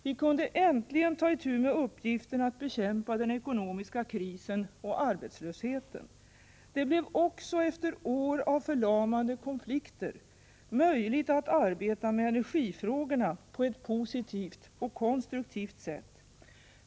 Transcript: Vi kunde äntligen ta itu med uppgiften att bekämpa den ekonomiska krisen och arbetslösheten. Det blev också, efter år av förlamande konflikter, möjligt att arbeta med energifrågorna på ett positivt och konstruktivt sätt.